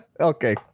Okay